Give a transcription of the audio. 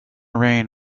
rain